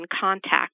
contact